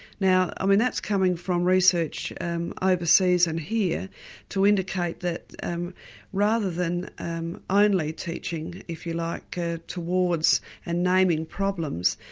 now um and that's coming from research overseas and here to indicate that um rather than um only teaching if you like ah towards and naming problems,